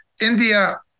India